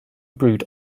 brewed